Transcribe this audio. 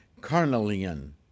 carnelian